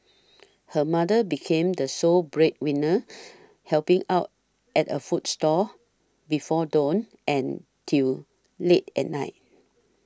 her mother became the sole breadwinner helping out at a food stall before dawn and till late at night